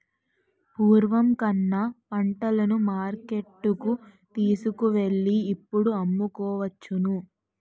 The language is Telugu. పూర్వం కన్నా పంటలను మార్కెట్టుకు తీసుకువెళ్ళి ఇప్పుడు అమ్ముకోవచ్చును